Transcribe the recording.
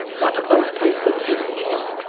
one of those places is here